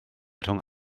rhwng